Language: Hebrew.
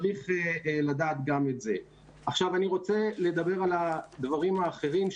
אני רוצה לדבר על הדברים האחרים,